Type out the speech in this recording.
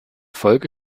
folge